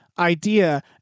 idea